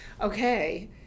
okay